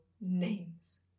names